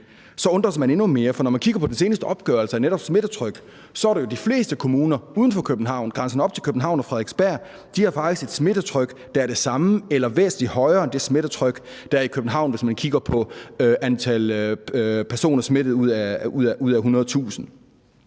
undres man endnu mere. For når man kigger på den seneste opgørelse af netop smittetryk, ser man jo faktisk, at de fleste kommuner uden for København grænsende op til København og Frederiksberg har et smittetryk, der er det samme eller væsentlig højere end det smittetryk, der er i København, hvis man kigger på antallet af smittede personer ud af 100.000.